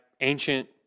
ancient